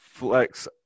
Flex